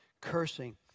cursing